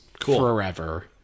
Forever